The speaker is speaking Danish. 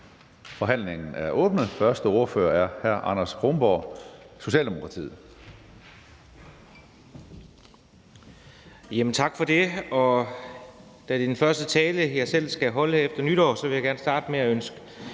Forhandlingen er åbnet. Første ordfører er hr. Anders Kronborg, Socialdemokratiet. Kl. 15:31 (Ordfører) Anders Kronborg (S): Tak for det. Da det er den første tale, jeg selv skal holde efter nytår, vil jeg gerne starte med at ønske